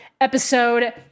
episode